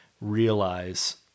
realize